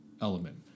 element